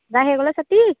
राखेको ल साथी